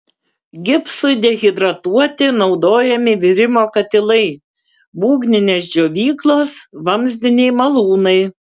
gipsui dehidratuoti naudojami virimo katilai būgninės džiovyklos vamzdiniai malūnai